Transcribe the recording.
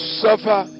suffer